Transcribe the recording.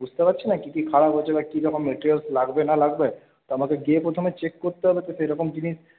বুঝতে পারছি না কী কী খারাপ হয়েছে বা কী রকম মেটেরিয়ালস লাগবে না লাগবে তো আমাকে গিয়ে প্রথমে চেক করতে হবে তো সেরকম জিনিস